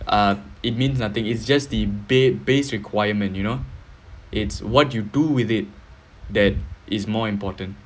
uh it means nothing it's just the ba~ base requirement you know it's what you do with it that is more important